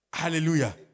Hallelujah